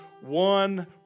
one